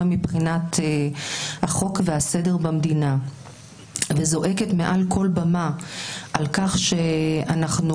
מבחינת החוק והסדר במדינה וזועקת מעל כל במה על-כך שאנחנו